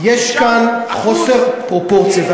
יש כאן חוסר פרופורציה.